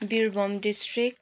Birbhum district